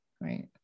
right